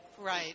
right